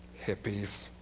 hippies.